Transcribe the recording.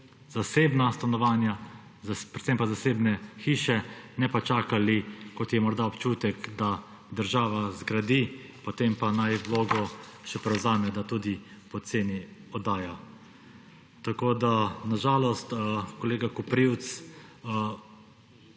zasebna stanovanja, predvsem pa zasebne hiše, ne pa čakali, kot je morda občutek, da država zgradi, potem pa naj vlogo še prevzame, da tudi poceni oddaja. Tako na žalost, kolega Koprivc,